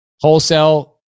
wholesale